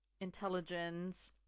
intelligence